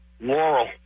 Laurel